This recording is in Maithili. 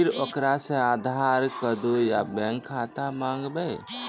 फिर ओकरा से आधार कद्दू या बैंक खाता माँगबै?